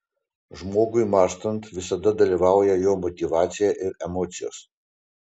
žmogui mąstant visada dalyvauja jo motyvacija ir emocijos